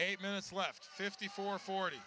eight minutes left fifty four forty